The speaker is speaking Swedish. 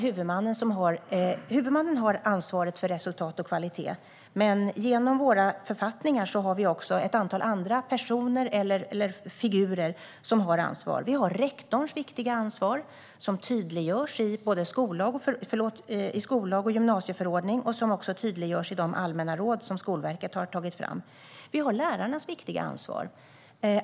Huvudmannen har ansvaret för resultat och kvalitet, men genom våra författningar finns också ett antal andra personer - figurer - som har ansvar. Där finns rektorns viktiga ansvar, som tydliggörs i skollag och gymnasieförordning. Ansvaret tydliggörs också i de allmänna råd som Skolverket har tagit fram. Där finns lärarnas viktiga ansvar.